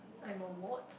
I'm award